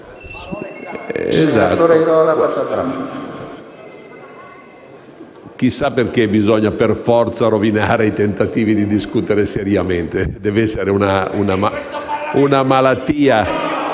Chissà perché bisogna per forza rovinare i tentativi di discutere seriamente. Dev'essere una malattia.